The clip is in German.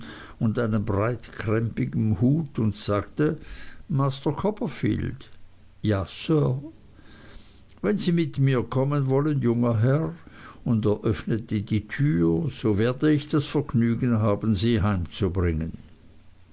und einem breitkrempigen hut und sagte master copperfield ja sir wenn sie mit mir kommen wollen junger herr und er öffnete die tür so werde ich das vergnügen haben sie heim